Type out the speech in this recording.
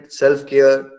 self-care